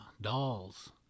dolls